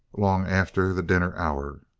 long after the dinner hour.